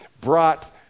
brought